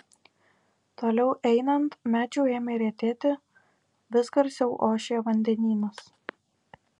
toliau einant medžių ėmė retėti vis garsiau ošė vandenynas